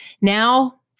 now